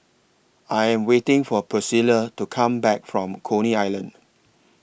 I Am waiting For Pricilla to Come Back from Coney Island